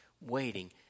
waiting